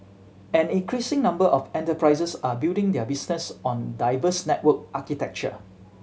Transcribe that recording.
an increasing number of enterprises are building their business on diverse network architecture